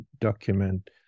document